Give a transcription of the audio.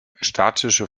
statische